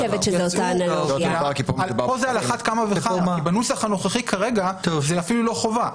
פה זה על אחת כמה וכמה כי בנוסח הנוכחי כרגע זה אפילו לא חובה.